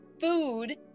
food